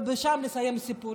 ושם לסיים את הסיפור.